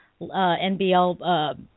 NBL